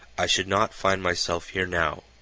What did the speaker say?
i should not find myself here now,